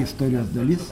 istorijos dalis